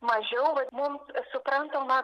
mažiau vat mums suprantama